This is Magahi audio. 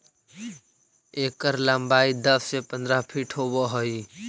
एकर लंबाई दस से पंद्रह फीट होब हई